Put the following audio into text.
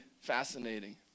fascinating